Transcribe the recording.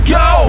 go